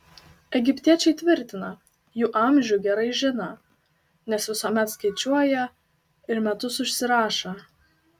egiptiečiai tvirtina jų amžių gerai žiną nes visuomet skaičiuoją ir metus užsirašą